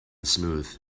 smooth